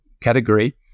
category